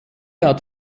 hat